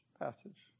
passage